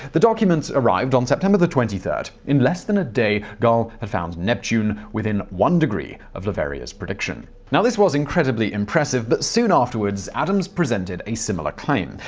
the document arrived on september twenty three. in less than a day, galle had found neptune, within one degree of le verrier's prediction. and this was incredibly impressive, but soon afterwards adams presented a similar claim.